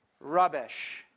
rubbish